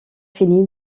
fini